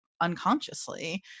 unconsciously